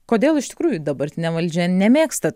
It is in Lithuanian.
kodėl iš tikrųjų dabartinė valdžia nemėgsta